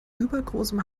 übergroßem